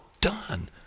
done